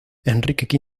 enrique